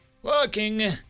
Working